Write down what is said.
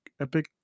Epic